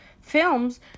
Films